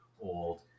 old